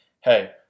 hey